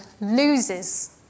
loses